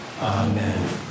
amen